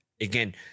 Again